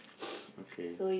okay